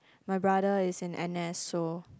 my brother is in N_S so